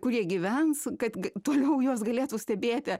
kur jie gyvens kad g toliau juos galėtų stebėti